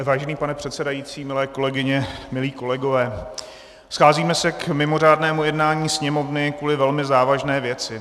Vážený pane předsedající, milé kolegyně, milí kolegové, scházíme se k mimořádnému jednání Sněmovny kvůli velmi závažné věci.